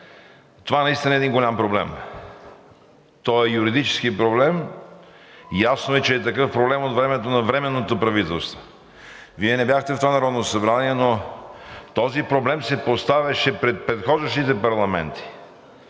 Това наистина е един голям проблем. Той е юридически проблем. Ясно е, че е такъв проблем от времето на временното правителство. Вие не бяхте в това Народно събрание, но този проблем се поставяше пред предхождащите парламенти,